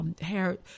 Hair